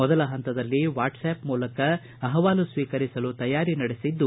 ಮೊದಲ ಹಂತದಲ್ಲಿ WhatsApp ಮೂಲಕ ಅಹವಾಲು ಸ್ವೀಕರಿಸಲು ತಯಾರಿ ನಡೆಸಿದ್ದು